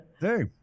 Hey